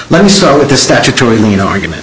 let's start with the statutory main argument